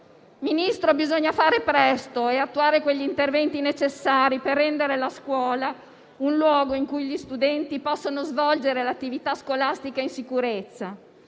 Ministro, bisogna fare presto e attuare quegli interventi necessari per rendere la scuola un luogo in cui gli studenti possono svolgere l'attività scolastica in sicurezza.